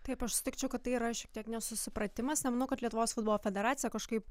taip aš sutikčiau kad tai yra šiek tiek nesusipratimas nemanau kad lietuvos futbolo federacija kažkaip